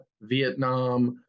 Vietnam